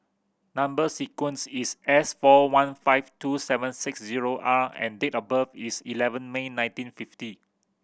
number sequence is S four one five two seven six zero R and date of birth is eleven May nineteen fifty